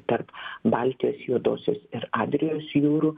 tarp baltijos juodosios ir adrijos jūrų